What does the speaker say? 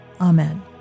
Amen